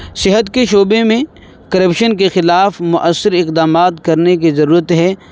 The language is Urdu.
صحت کے شعبے میں کرپشن کے خلاف مؤثر اقدامات کرنے کی ضرورت ہے